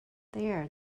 there